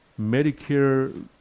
Medicare